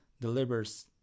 delivers